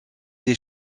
des